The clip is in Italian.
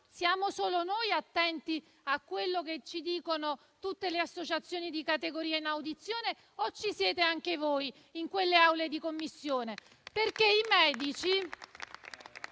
siamo attenti solo noi a quello che ci dicono tutte le associazioni di categoria in audizione o se ci siete anche voi in quelle aule di Commissione